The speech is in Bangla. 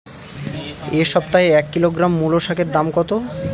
এ সপ্তাহে এক কিলোগ্রাম মুলো শাকের দাম কত?